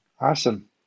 Awesome